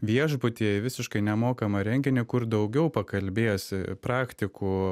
viešbutyje į visiškai nemokamą renginį kur daugiau pakalbėsi praktikų